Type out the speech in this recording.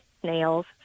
snails